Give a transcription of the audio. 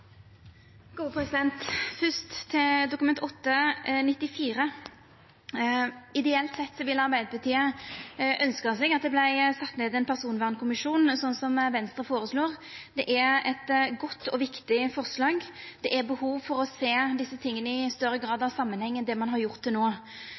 til Dokument 8:94. Ideelt sett ville Arbeidarpartiet ønskt at det vart sett ned ein personvernkommisjon, slik Venstre føreslår. Det er eit godt og viktig forslag. Det er behov for å sjå dette i større grad